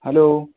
hello